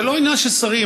זה לא עניין של שרים.